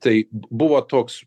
tai buvo toks